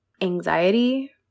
anxiety